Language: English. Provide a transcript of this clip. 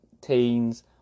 teens